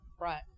Right